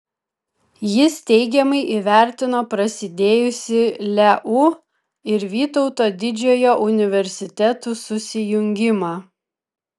jis teigiamai įvertino prasidėjusį leu ir vytauto didžiojo universitetų susijungimą